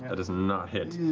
that does not hit.